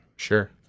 Sure